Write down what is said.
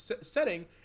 setting